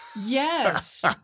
Yes